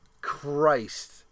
Christ